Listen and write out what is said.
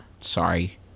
sorry